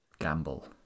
gamble